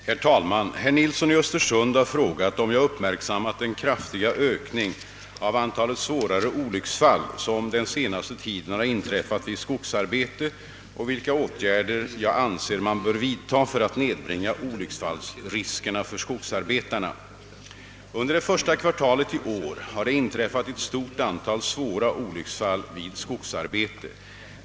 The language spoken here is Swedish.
Herr talman! Herr Nilsson i Östersund har frågat, om jag uppmärksammat den kraftiga ökning av antalet svårare olycksfall som den senaste tiden har inträffat vid skogsarbete och vilka åtgärder jag anser man bör vidta för att nedbringa olycksfallsriskerna för skogsarbetarna. Under det första kvartalet i år har det inträffat ett stort antal svåra olycksfall vid skogsarbete.